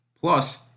Plus